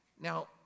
now